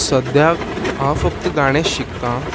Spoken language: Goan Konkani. सद्याक हांव फक्त गाणें शिकतां